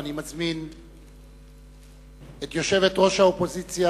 ואני מזמין את יושבת-ראש האופוזיציה,